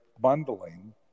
bundling